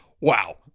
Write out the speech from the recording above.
Wow